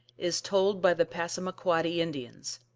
is told by the passamaquoddy indians.